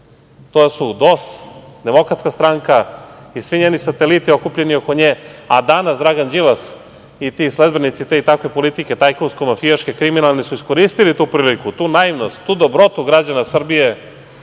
To su DOS, Demokratska stranka i svi njeni sateliti okupljeni oko nje, a danas Dragan Đilas i ti sledbenici te i takve politike, tajkunsko-mafijaške, kriminalne, su iskoristili tu priliku, tu naivnost, tu dobrotu građana Srbije,